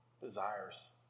Desires